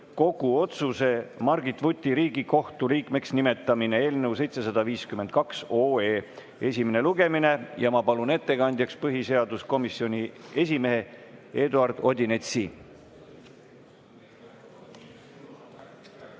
otsuse "Margit Vuti Riigikohtu liikmeks nimetamine" eelnõu 752 esimene lugemine. Ma palun ettekandjaks põhiseaduskomisjoni esimehe Eduard Odinetsi.